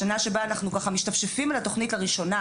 השנה שבה אנחנו ככה משתפשפים על התוכנית לראשונה,